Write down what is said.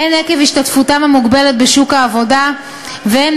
הן עקב השתתפותם המוגבלת בשוק העבודה והן